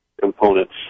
components